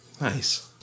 Nice